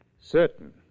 Certain